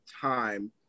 time